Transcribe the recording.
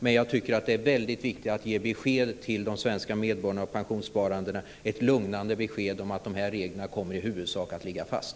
Men jag tycker att det är väldigt viktigt att ge ett lugnande besked till de svenska inkomsttagarna och pensionsspararna om att de reglerna kommer i huvudsak att ligga fast.